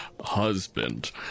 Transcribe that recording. husband